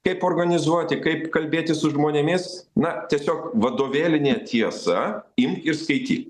kaip organizuoti kaip kalbėti su žmonėmis na tiesiog vadovėlinė tiesa imk ir skaityk